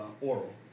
oral